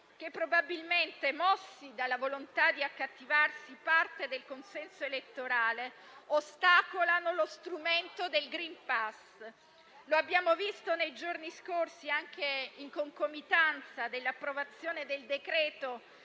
che probabilmente, mossi dalla volontà di accattivarsi parte del consenso elettorale, ostacolano lo strumento del *green pass* (lo abbiamo visto nei giorni scorsi anche in concomitanza con l'approvazione del